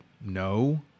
No